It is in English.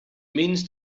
means